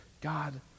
God